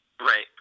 Right